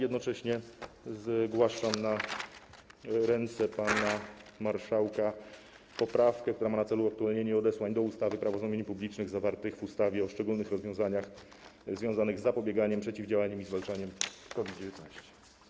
Jednocześnie zgłaszam na ręce pana marszałka poprawkę, która ma na celu uaktualnienie odesłań do ustawy - Prawo zamówień publicznych zawartych w ustawie o szczególnych rozwiązaniach związanych z zapobieganiem, przeciwdziałaniem i zwalczaniem COVID-19.